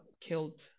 killed